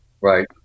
right